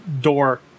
door